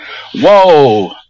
whoa